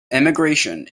immigration